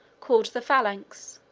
called the phalanx.